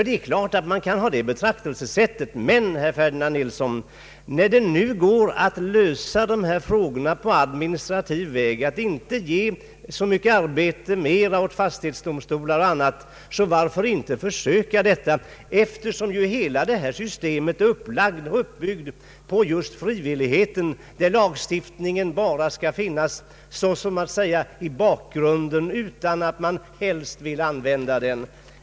Det är klart att man kan ha detta betraktelsesätt, men, herr Ferdinand Nilsson, när det nu går att lösa dessa problem på administrativ väg och undgå att ge fastighetsdomstolarna mycket arbete så varför inte försöka med detta? Hela detta system är nämligen uppbyggt på frivillighet, och lagstiftningen skall bara finnas så att säga i bakgrunden, utan att man behöver använda den.